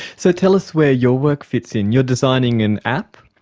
so tell us where your work fits in. you're designing an app?